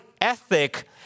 ethic